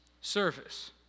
service